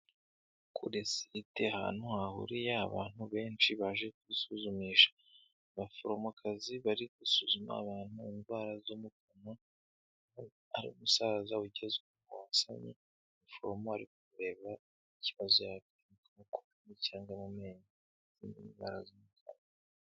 Kuri site ahantu hahuriye abantu benshi baje kwisuzumisha, abaforomokazi bari gusuzuma abantu indwara zo mu kanwa, hari umusaza ugezweho wasamye, umuforomo ari kureba ikibazo yaba afite mu kanwa cyangwa mu menyo.